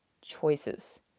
choices